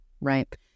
Right